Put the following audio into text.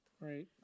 Right